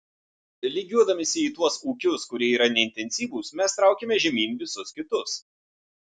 lygiuodamiesi į tuos ūkius kurie yra neintensyvūs mes traukiame žemyn visus kitus